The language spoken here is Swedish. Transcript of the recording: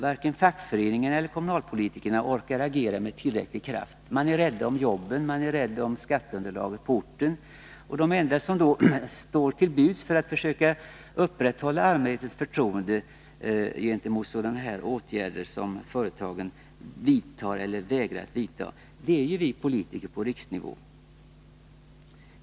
Varken fackföreningarna eller kommunalpolitikerna orkar agera med tillräcklig kraft. De är rädda om jobben, och de är rädda om skatteunderlaget på orten. De enda som står till buds för att försöka tillgodose allmänhetens krav när det gäller de åtgärder företagen vidtar eller vägrar att vidta är vi politiker på riksnivå.